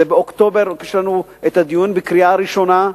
באוקטובר יש לנו הדיון בקריאה ראשונה,